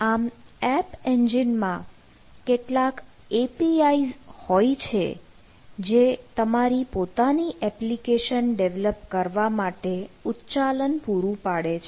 આમ એપ એન્જિનમાં કેટલાક APIs હોય છે જે તમારી પોતાની એપ્લિકેશન ડેવલપ કરવા માટે ઉચ્ચાલન પૂરું પાડે છે